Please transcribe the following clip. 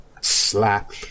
Slap